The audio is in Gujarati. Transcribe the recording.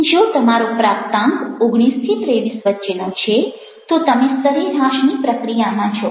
જો તમારો પ્રાપ્તાંક 19 23 વચ્ચેનો છે તો તમે સરેરાશની પ્રક્રિયામાં છો